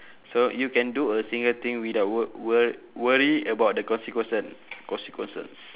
so you can do a single thing without wo~ wor~ worry about the consequence~ consequences